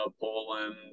Poland